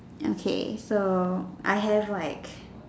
okay so I have like